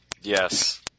Yes